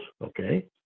Okay